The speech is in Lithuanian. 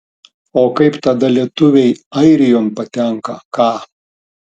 o kaip tada lietuviai airijon patenka ką